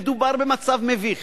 מדובר במצב מביך,